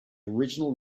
original